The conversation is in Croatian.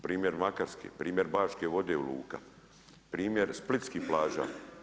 Primjer Makarske, primjer Baške vode u … primjer splitskih plaža.